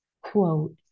quote